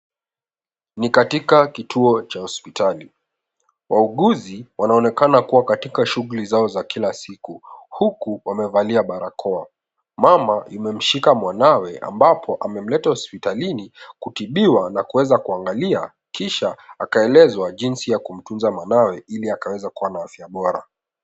Ni katika kituo cha hospitali, wauguzi wanaonekana kuwa katika shughuli zao za kila siku, huku wamevalia barakoa. Mama ameshika mwanawe, ambapo amemleta hospitalini kutibiwa na kuweza kuangaliwa kisha akaelezwa jinsi ya kumtuza mwanawe ili akaweza kuwa na afya bora.